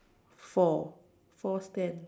four four stands